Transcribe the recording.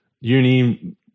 uni